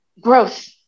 growth